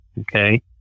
okay